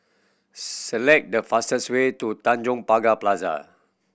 select the fastest way to Tanjong Pagar Plaza